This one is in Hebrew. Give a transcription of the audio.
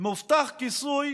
מובטח כיסוי